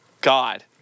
God